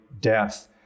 death